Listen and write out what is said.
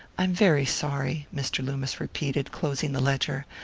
i'm very sorry, mr. loomis repeated, closing the ledger.